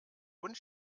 und